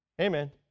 Amen